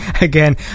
again